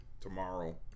tomorrow